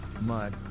mud